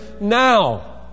now